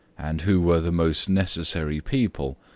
and who were the most necessary people,